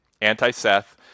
anti-Seth